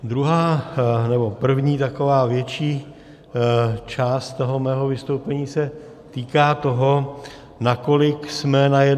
Druhá, nebo první taková větší část toho mého vystoupení se týká toho, nakolik jsme na jedné lodi.